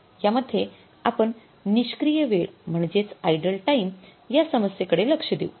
यामध्ये आपण निष्क्रिय वेळ म्हणजेच आइडल टाईम या समस्से कडे लक्ष देऊ